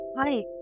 Hi